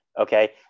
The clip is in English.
okay